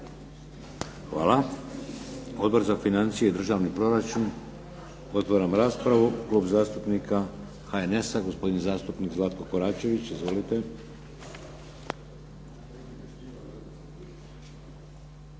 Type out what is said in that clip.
Hvala. Odbor za financije i državni proračun. Otvaram raspravu. Klub zastupnika HNS-a, gospodin zastupnik Zlatko Koračević. Izvolite.